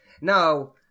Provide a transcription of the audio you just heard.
Now